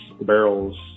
barrels